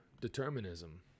determinism